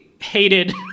hated